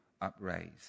upraised